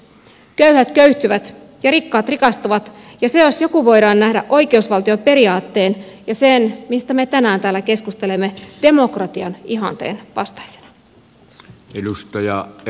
köyhät köyhtyvät ja rikkaat rikastuvat ja se jos mikä voidaan nähdä oikeusvaltioperiaatteen ja sen mistä me tänään täällä keskustelemme demokratian ihanteen vastaisena